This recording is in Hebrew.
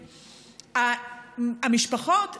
המשפחות,